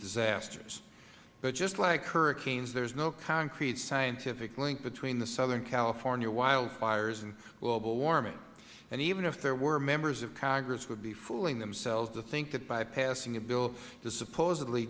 disasters but just like hurricanes there is no concrete scientific link between the southern california wildfires and global warming and even if there were members of congress would be fooling themselves to think that by passing a bill to supposedly